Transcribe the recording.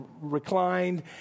reclined